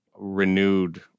renewed